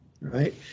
right